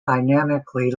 dynamically